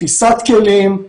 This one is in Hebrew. תפיסת כלים,